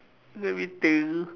let me think